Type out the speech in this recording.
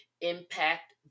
impact